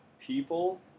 people